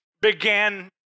began